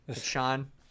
sean